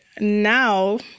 now